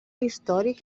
històric